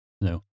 No